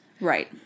Right